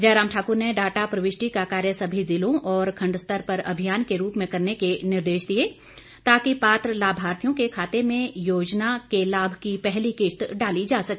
जयराम ठाकुर ने डाटा प्रविष्टि का कार्य सभी जिलों और खंड स्तर पर अभियान के रूप में करने के निर्देश दिए ताकि पात्र लाभार्थियों के खातों में योजना के लाभ की पहली किश्त डाली जा सके